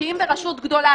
שאם ברשות גדולה,